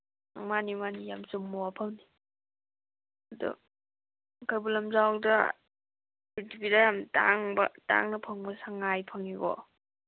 ꯃꯥꯅꯤ ꯃꯥꯅꯤ ꯌꯥꯝ ꯆꯨꯝꯕ ꯋꯥꯐꯝꯅꯤ ꯑꯗꯨ ꯀꯩꯕꯨꯜ ꯂꯝꯖꯥꯎꯗ ꯄ꯭ꯔꯤꯊꯤꯕꯤꯗ ꯌꯥꯝ ꯇꯥꯡꯕ ꯇꯥꯡꯅ ꯐꯪꯕ ꯁꯉꯥꯏ ꯐꯪꯉꯤꯀꯣ